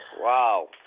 Wow